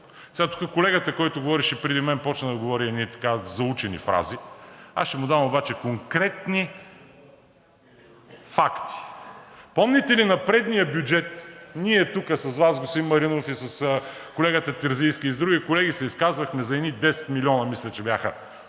много. Колегата, който говореше преди мен, започна да говори едни заучени фрази. Аз ще му дам обаче конкретни факти. Помните ли на предния бюджет ние тук с Вас, господин Маринов, и с колегата Терзийски, и с други колеги се изказвахме за едни 10 млн. мисля, че бяха,